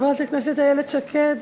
חברת הכנסת איילת שקד,